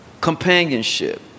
companionship